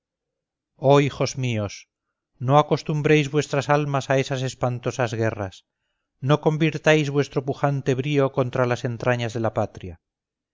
oh hijos míos no acostumbréis vuestras almas a esas espantosas guerras no convirtáis vuestro pujante brío contra las entrañas de la patria